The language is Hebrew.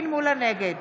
נגד